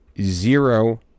Zero